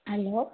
hello